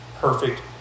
perfect